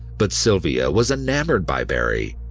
but sylvia was enamored by barrie.